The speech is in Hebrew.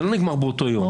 זה לא נגמר באותו יום.